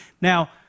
Now